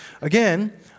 again